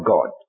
God